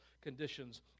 conditions